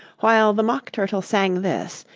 while the mock turtle sang this,